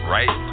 Right